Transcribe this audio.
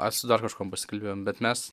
ar su dar kažkuom pasikalbėjom bet mes